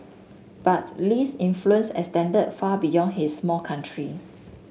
but Lee's influence extended far beyond his small country